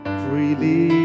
freely